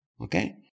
Okay